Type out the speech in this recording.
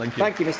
and thank you,